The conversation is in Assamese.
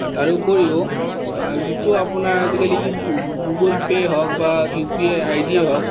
তাৰোপৰিও যিটো আপোনাৰ আজিকালি গুগল পে' হওঁক বা ইউ পি আই ডি হওঁক